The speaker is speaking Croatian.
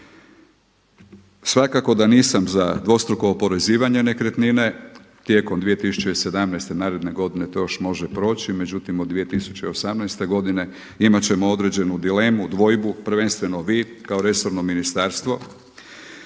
Svakako da nisam za dvostruko oporezivanje nekretnine, tijekom 2017. naredne godine to još može proći međutim od 2018. godine imat ćemo određenu dilemu, dvojbu prvenstveno vi kao resorno ministarstvo.